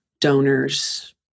donors